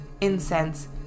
Incense